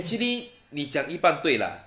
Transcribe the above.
actually 你讲一半对 lah